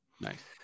nice